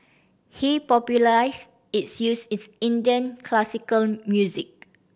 he popularised its use in Indian classical music